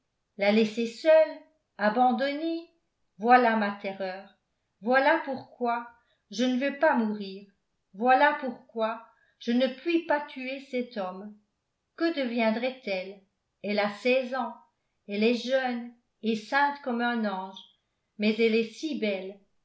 la laisser seule abandonnée voilà ma terreur voilà pourquoi je ne veux pas mourir voilà pourquoi je ne puis pas tuer cet homme que deviendrait-elle elle a seize ans elle est jeune et sainte comme un ange mais elle est si belle